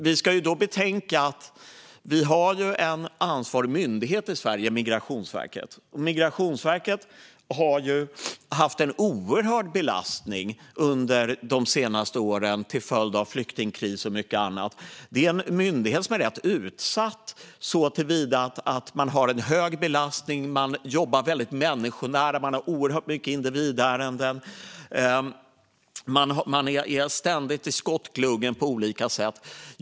Vi ska betänka att vi har en ansvarig myndighet i Sverige, Migrationsverket, som har haft en oerhörd belastning under de senaste åren till följd av flyktingkris och mycket annat. Det är en myndighet som är rätt utsatt såtillvida att man har en hög belastning, jobbar väldigt människonära, har oerhört mycket individärenden och är ständigt i skottgluggen på olika sätt.